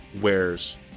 wears